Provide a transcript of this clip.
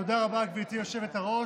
תודה רבה, גברתי היושבת-ראש.